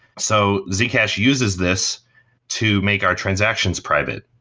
so zcash uses this to make our transactions private.